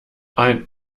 ein